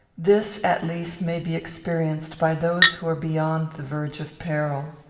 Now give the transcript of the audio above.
this, at least, may be experienced by those who are beyond the verge of peril.